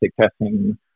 testing